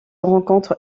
rencontre